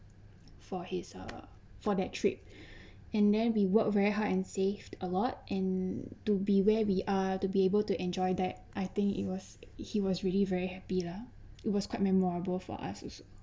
for his uh for that trip and then we work very hard and saved a lot and to be where we are to be able to enjoy that I think it was he was really very happy lah it was quite memorable for us also